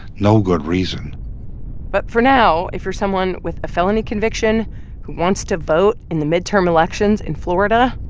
no good reason but for now, if you're someone with a felony conviction who wants to vote in the midterm elections in florida,